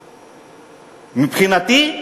מבחינתי,